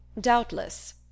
Doubtless